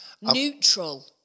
neutral